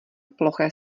ploché